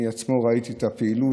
אני עצמי ראיתי את הפעילות,